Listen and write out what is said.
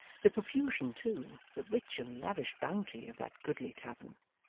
the profusion too, the rich and lavish bounty, of that goodly tavern!